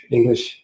English